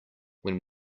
when